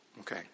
Okay